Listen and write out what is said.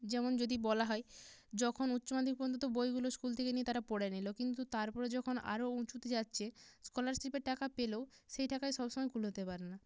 যেমন যদি বলা হয় যখন উচ্চ মাধ্যমিক পযোন্ত তো বইগুলো স্কুল থেকে নিয়ে তারা পড়ে নিলো কিন্তু তারপরে যখন আরও উঁচুতে যাচ্ছে স্কলারশিপের টাকা পেলেও সেই টাকায় সব সময় কুলোতে পারে না